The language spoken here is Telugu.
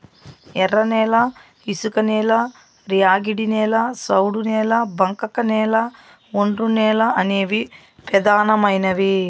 ఎర్రనేల, ఇసుకనేల, ర్యాగిడి నేల, సౌడు నేల, బంకకనేల, ఒండ్రునేల అనేవి పెదానమైనవి